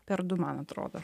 per du man atrodo